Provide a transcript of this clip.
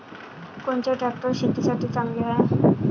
कोनचे ट्रॅक्टर शेतीसाठी चांगले हाये?